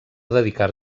dedicar